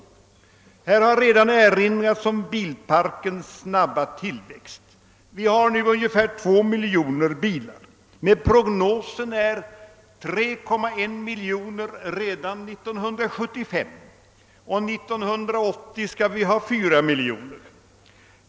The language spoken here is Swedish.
Här har redan erinrats om bilparkens snabba tillväxt. Vi har nu ungefär 2 miljoner bilar, men prognosen är 3,1 miljoner 1975 och 4 miljoner år 1980.